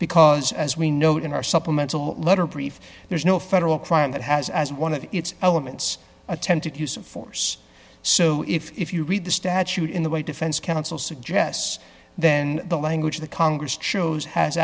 because as we note in our supplemental letter brief there's no federal crime that has as one of its elements attempted use of force so if you read the statute in the way defense counsel suggests then the language the congress chose has